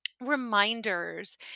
reminders